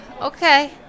Okay